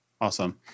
Awesome